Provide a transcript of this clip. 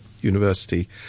university